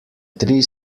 tri